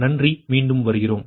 நன்றி மீண்டும் வருகிறோம்